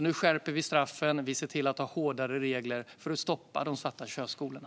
Nu skärper vi alltså straffen och ser till att ha hårdare regler för att stoppa de svarta körskolorna.